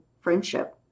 friendship